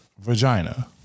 vagina